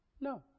No